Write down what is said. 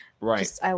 right